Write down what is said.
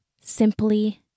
simply